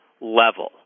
level